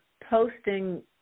posting